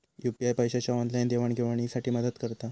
UPI पैशाच्या online देवाणघेवाणी साठी मदत करता